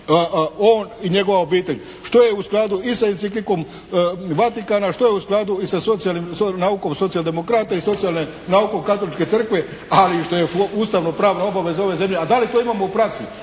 on i njegova obitelj što je u skladu i sa enciklikom Vatikana, što je u skladu i sa socijalnim naukom socijaldemokrata i socijalne naukom katoličke crkve, ali i što je ustavnopravna obaveza ove zemlje, a da li to imamo u praksi?